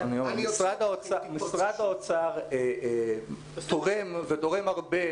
משרד האוצר תורם הרבה.